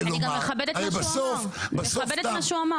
אני מכבדת את מה שהוא אמר.